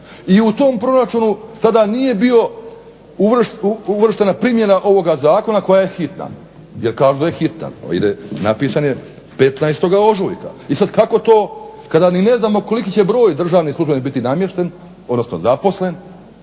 i u tom proračunu tada nije bila uvrštena primjena ovoga zakona koja je hitna, jer kažu da je hitna. Napisan je 15. ožujka. I sada kako tako kada ni ne znamo koliki će broj državnih službenika biti namješten odnosno zaposlen